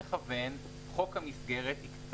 יש לנו אדם שמוגדר ממונה קורונה שזה תפקידו.